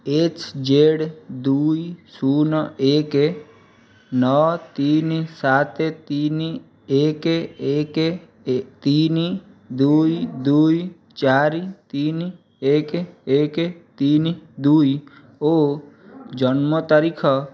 H Z ଦୁଇ ଶୂନ ଏକ ନଅ ତିନି ସାତ ତିନି ଏକ ଏକ ତିନି ଦୁଇ ଦୁଇ ଚାରି ତିନି ଏକ ଏକ ତିନି ଦୁଇ ଓ ଜନ୍ମତାରିଖ